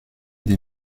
des